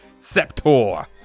Septor